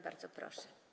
Bardzo proszę.